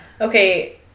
Okay